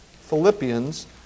Philippians